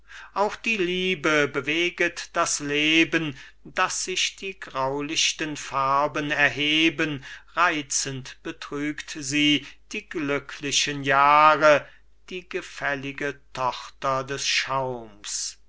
auch die liebe beweget das leben daß sich die graulichten farben erheben reizend betrügt sie die glücklichen jahre die gefällige tochter des schaums